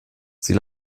sie